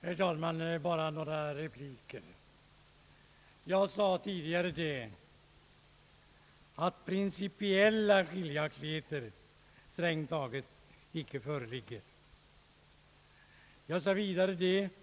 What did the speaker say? Herr talman! Låt mig bara göra några repliker. Jag sade tidigare att principiella skiljaktigheter strängt taget inte föreligger. Jag framhöll vidare att det inte finns